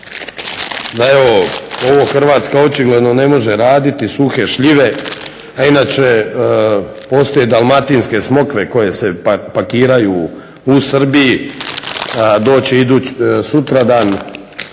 da je ovo, ovo Hrvatska očigledno ne može raditi suhe šljive, a inače postoje dalmatinske smokve koje se pakiraju u Srbiji. Doći će sutradan,